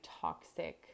toxic